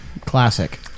Classic